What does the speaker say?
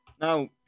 Now